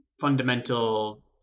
fundamental